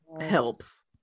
helps